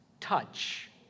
touch